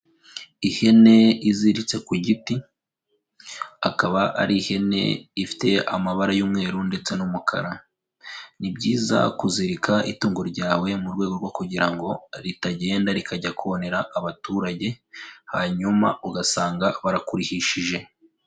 Ihene iziritse ku giti, akaba ari ihene ifite amabara y'umweru ndetse n'umukara. Ni byiza kuzirika itungo ryawe, mu rwego rwo kugira ngo ritagenda rikajya konera abaturage, hanyuma ugasanga barakurihishije.